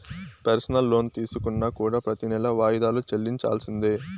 personal loan తీసుకున్నా కూడా ప్రెతి నెలా వాయిదాలు చెల్లించాల్సిందే